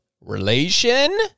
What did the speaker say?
Relation